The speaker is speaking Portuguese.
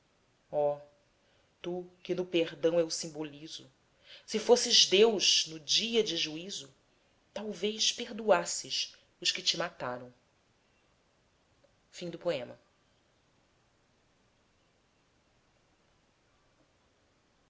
tu que no perdão eu simbolizo se fosses deus no dia de juízo talvez perdoasses os que te mataram agora